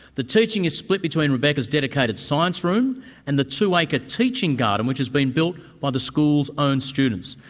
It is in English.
the teaching is split between rebecca's dedicated science room and the two-acre like ah teaching garden which has been built by the school's own students.